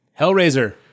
Hellraiser